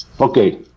Okay